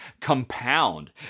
compound